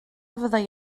fyddai